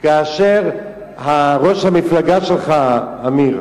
כאשר ראש המפלגה שלך, עמיר,